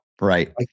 Right